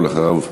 ואחריו,